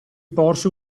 porse